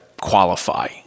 qualify